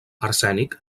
arsènic